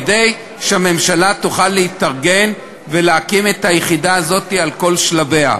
כדי שהממשלה תוכל להתארגן ולהקים את היחידה הזו על כל שלביה.